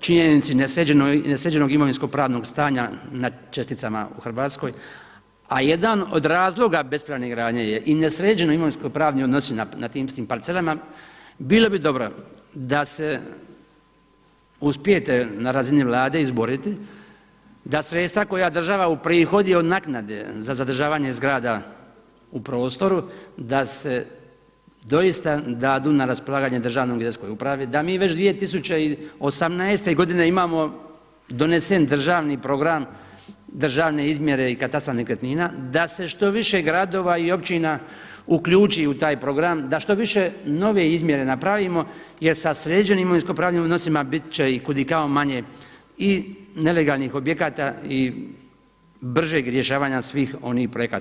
činjenici nesređenog imovinsko-pravnog stanja na česticama u Hrvatskoj, a jedan od razloga bespravne gradnje je i nesređeni imovinsko-pravni odnosi na tim svim parcelama bilo bi dobro da se uspijete na razini Vlade izboriti da sredstva koja država uprihodi od naknade za zadržavanje zgrada u prostoru, da se doista dadu na raspolaganje državnoj vjerskoj upravi da mi već 2018. godine imamo donesen državni program državne izmjere i katastra nekretnina, da se što više gradova i općina uključi u taj program, da što više nove izmjere napravimo jer sa sređenim imovinsko-pravnim odnosima bit će i kud i kamo manje i nelegalnih objekata i bržeg rješavanja svih onih projekata.